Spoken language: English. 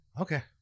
okay